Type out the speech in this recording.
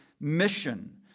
mission